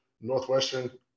Northwestern